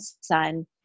son